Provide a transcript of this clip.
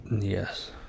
Yes